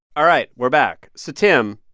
all right. we're back. so, tim,